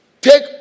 Take